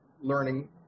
learning